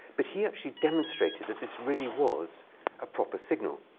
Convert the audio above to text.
but he actually demonstrated that this really was a proper signal.